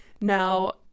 Now